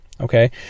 Okay